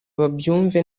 babyumve